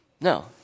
No